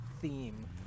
theme